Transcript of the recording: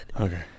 Okay